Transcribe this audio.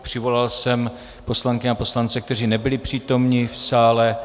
Přivolal jsem poslankyně a poslance, kteří nebyli přítomni v sále.